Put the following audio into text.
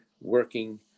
working